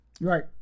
Right